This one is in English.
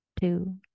Two